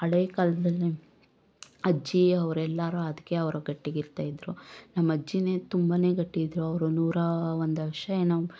ಹಳೆ ಕಾಲದಲ್ಲಿ ಅಜ್ಜಿ ಅವ್ರೆಲ್ಲರೂ ಅದಕ್ಕೆ ಅವರು ಗಟ್ಟಿಗಿರ್ತ ಇದ್ರು ನಮ್ಮ ಅಜ್ಜಿಯೇ ತುಂಬಾನೇ ಗಟ್ಟಿ ಇದ್ರು ಅವ್ರು ನೂರಾ ಒಂದು ವರ್ಷ ಏನೋ